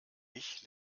ich